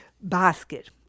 basket